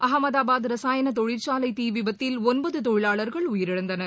அகமதாபாத் ரசாயன தொழிற்சாலை தீ விபத்தில் ஒன்பது தொழிவாளர்கள் உயிரிழந்தனர்